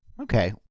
Okay